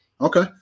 Okay